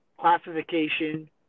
classification